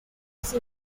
use